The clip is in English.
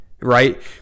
right